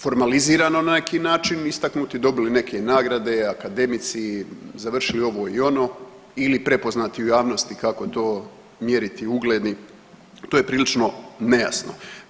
Formalizirano na neki način, istaknuti dobili neke nagrade, akademici, završili ovo i ono ili prepoznati u javnosti kako to mjeriti ugledni, to je prilično nejasno.